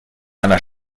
einer